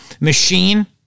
machine